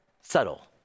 subtle